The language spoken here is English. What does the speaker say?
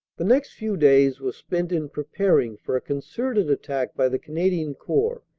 the next few days were spent in preparing for a concerted attack by the canadian corps,